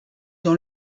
dans